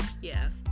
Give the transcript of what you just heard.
yes